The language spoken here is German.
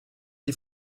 die